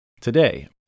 today